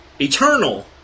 eternal